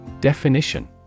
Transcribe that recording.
Definition